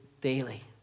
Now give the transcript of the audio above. daily